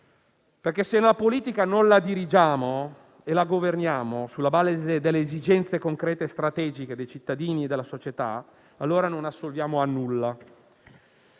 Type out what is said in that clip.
se la politica non la dirigiamo e la governiamo sulla base delle esigenze concrete e strategiche dei cittadini e della società, allora non assolviamo il